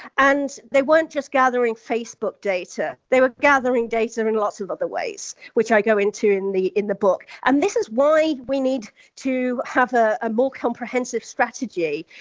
and they weren't just gathering facebook data, they were gathering data in lots of other ways, which i go into in the in the book. and this is why we need to have a ah more comprehensive strategy,